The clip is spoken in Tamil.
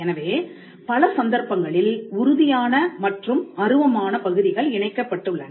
எனவே பல சந்தர்ப்பங்களில் உறுதியான மற்றும் அருவமான பகுதிகள் இணைக்கப்பட்டுள்ளன